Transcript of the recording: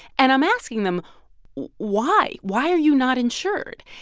and i'm asking them why. why are you not insured?